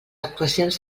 actuacions